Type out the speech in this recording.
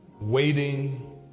Waiting